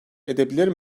edebilir